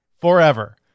forever